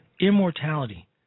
immortality